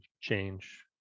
change